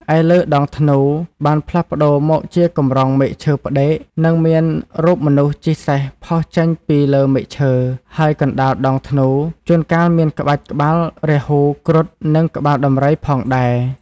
ឯលើដងធ្នូបានផ្លាស់ប្តូរមកជាកម្រងមែកឈើផ្ដេក និងមានរូបមនុស្សជិះសេះផុសចេញពីលើមែកឈើ ហើយកណ្តាលដងធ្នូជួនកាលមានក្បាច់ក្បាលរាហូ គ្រុឌ និង ក្បាលដំរី ផងដែរ។